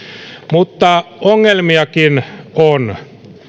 mutta ongelmiakin on